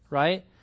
right